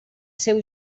seu